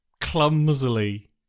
clumsily